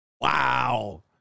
Wow